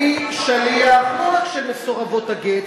אני אוותר לך על מנהלת,